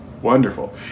wonderful